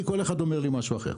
כי כל אחד אומר לי משהו אחר.